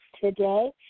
today